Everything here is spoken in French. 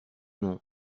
non